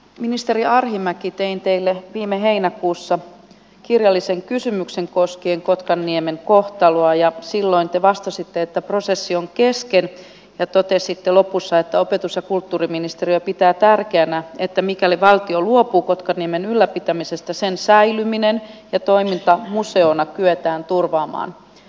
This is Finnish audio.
ministeri arhinmäki tein teille viime heinäkuussa kirjallisen kysymyksen koskien kotkaniemen kohtaloa ja silloin te vastasitte että prosessi on kesken ja totesitte lopussa että opetus ja kulttuuriministeriö pitää tärkeänä että mikäli valtio luopuu kotkaniemen ylläpitämisestä sen säilyminen ja toiminta museona kyetään turvaamaan